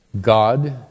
God